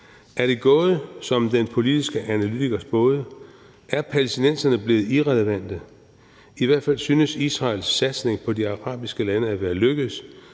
Er det gået, som den politiske analytiker spåede? Er palæstinenserne blevet irrelevante? I hvert fald synes Israels satsning på de arabiske lande at være lykkedes